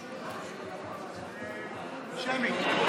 שמית.